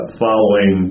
following